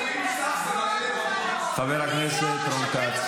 אני לא משקרת ולא מפיצה שנאה.